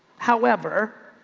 however,